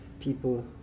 people